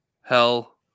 Hell